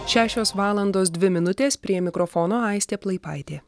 šešios valandos dvi minutės prie mikrofono aistė plaipaitė